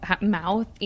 mouth